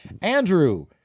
Andrew